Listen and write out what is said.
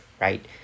Right